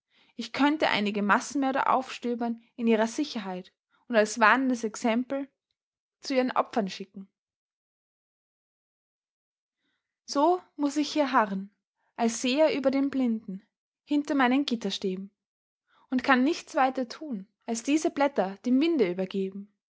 ich könnte einige massenmörder aufstöbern in ihrer sicherheit und als warnendes exempel zu ihren opfern schicken so muß ich hier harren als seher über den blinden hinter meinen gitterstäben und kann nichts weiter tun als diese blätter dem winde übergeben